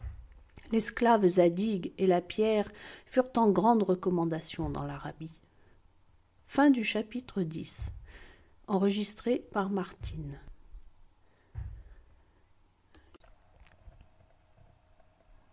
l'esclave zadig et la pierre furent en grande recommandation dans l'arabie